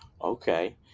Okay